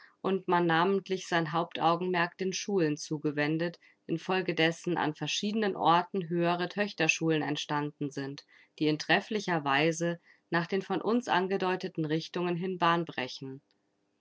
und man namentlich sein hauptaugenmerk den schulen zugewendet in folge dessen an verschiedenen orten höhere töchterschulen entstanden sind die in trefflicher weise nach den von uns angedeuteten richtungen hin bahn brechen